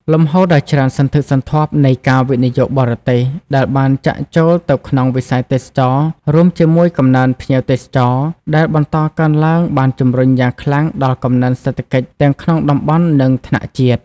លំហូរដ៏ច្រើនសន្ធឹកសន្ធាប់នៃ ការវិនិយោគបរទេស ដែលបានចាក់ចូលទៅក្នុងវិស័យទេសចរណ៍ រួមជាមួយ កំណើនភ្ញៀវទេសចរ ដែលបន្តកើនឡើង បានជំរុញយ៉ាងខ្លាំងដល់ កំណើនសេដ្ឋកិច្ច ទាំងក្នុងតំបន់ និងថ្នាក់ជាតិ។